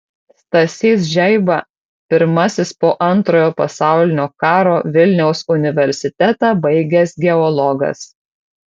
stasys žeiba pirmasis po antrojo pasaulinio karo vilniaus universitetą baigęs geologas